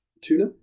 Tuna